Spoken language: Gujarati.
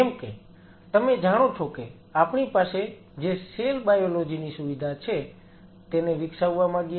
જેમ કે તમે જાણો છો કે આપણી પાસે જે સેલ બાયોલોજી ની સુવિધા છે તેને વિકસાવવા માંગીએ છીએ